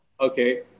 Okay